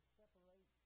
separate